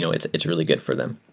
so it's it's really good for them,